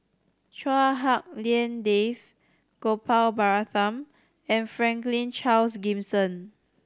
Chua Hak Lien Dave Gopal Baratham and Franklin Charles Gimson